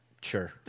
Sure